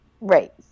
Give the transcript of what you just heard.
Right